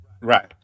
Right